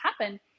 happen